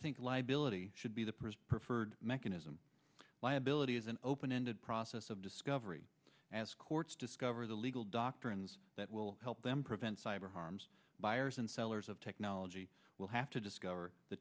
think liability should be the preferred preferred mechanism liability is an open ended process of discovery as courts discover the legal doctrines that will help them prevent cyber harms buyers and sellers of technology will have to discover the